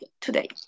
today